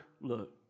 look